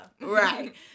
right